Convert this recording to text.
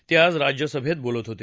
ते आज राज्यसभेत बोलत होते